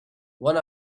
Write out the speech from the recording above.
one